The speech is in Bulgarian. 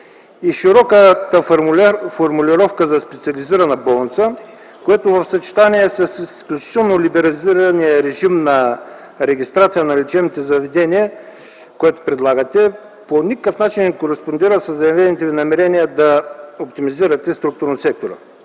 Широката формулировка за понятието „специализирана болница” в съчетание с изключително либерализирания режим на регистрация на лечебните заведения, коeто предлагате, по никакъв начин не кореспондира със заявените намерения да оптимизирате структурата на сектора.